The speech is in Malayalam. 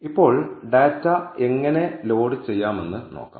ഇപ്പോൾ ഡാറ്റ എങ്ങനെ ലോഡ് ചെയ്യാമെന്ന് നോക്കാം